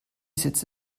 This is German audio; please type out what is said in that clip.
sitze